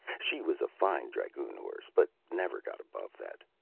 she was a fine dragoon horse, but never got above that.